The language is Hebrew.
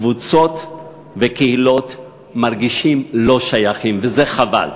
קבוצות וקהילות מרגישות לא שייכות, וחבל.